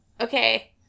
Okay